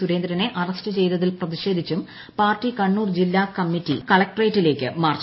സുരേന്ദ്രനെ അറസ്റ്റ് ചെയ്തതിൽ പ്രതിഷേധിച്ചും പാർട്ടി കണ്ണൂർ ജില്ലാ കമ്മറ്റി കളക്ട്രേറ്റിലേക്ക് മാർച്ച് നടത്തി